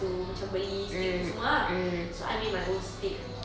to macam beli stick itu semua ah so I made my own stick